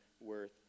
worth